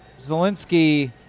Zelensky